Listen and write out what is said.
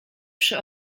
przy